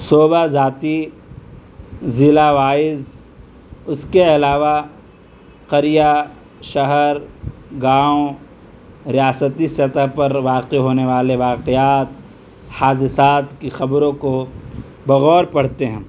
شعبہ ذاتی ضلع وائز اس کے علاوہ قریہ شہر گاؤں ریاستی سطح پر واقع ہونے والے واقعات حادثات کی خبروں کو بغور پڑھتے ہیں